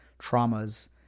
traumas